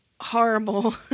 horrible